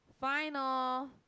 final